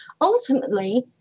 ultimately